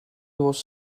was